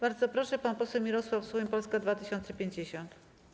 Bardzo proszę, pan poseł Mirosław Suchoń, Polska 2050.